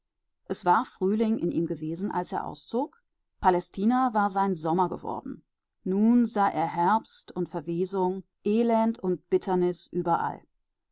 es war frühling in ihm gewesen als er auszog palästina war sein sommer geworden nun sah er herbst und verwesung elend und bitternis überall